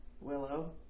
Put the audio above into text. willow